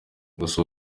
gusa